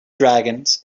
dragons